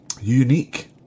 Unique